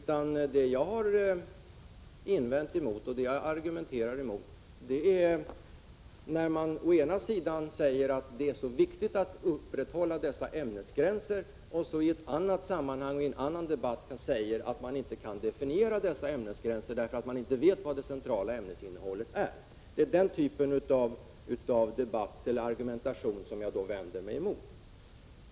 Vad jag invänder mot och argumenterar mot är följande: I ett sammanhang säger moderaterna att det är så viktigt att upprätthålla dessa ämnesgränser, men i ett annat sammanhang säger de att det inte går att definiera dessa ämnesgränser därför att det centrala ämnesinnehållet inte är känt.